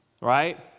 Right